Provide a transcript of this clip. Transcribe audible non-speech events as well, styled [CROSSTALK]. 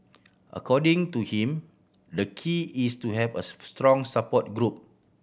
according to him the key is to have a [UNINTELLIGIBLE] strong support group